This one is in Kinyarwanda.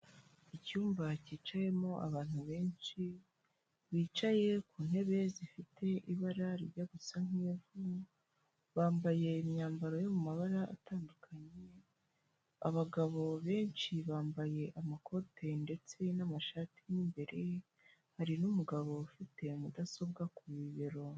Icyumba cyicayemo abantu benshi, bicaye ku ntebe zifite ibara rijya gusa nk'ivu, bambaye imyambaro yo mu mabara atandukanye, abagabo benshi bambaye amakote ndetse n'amashati mo imbere, hari n'umugabo ufite mudasobwa ku bibero.